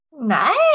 nice